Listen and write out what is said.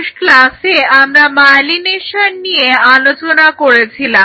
শেষ ক্লাসে আমরা মায়েলিনেশন নিয়ে আলোচনা করছিলাম